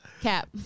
cap